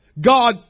God